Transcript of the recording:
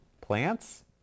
Plants